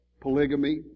polygamy